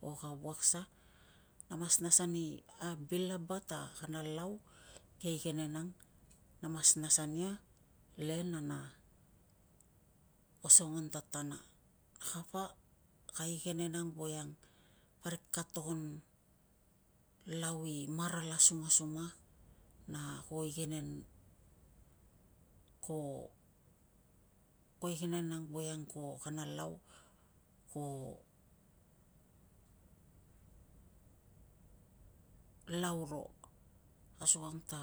O ka vuak sa? Na mas nas ani a bil laba ta kana lau ke igenen ang na mas nas ania le na, na osongon tatana. Na kapa ka igenen ang voiang parik ka togon lau i marala sumasuma na ko igenen, ko igenen ang voiang ko kana lau ko lau ro. Asukang ta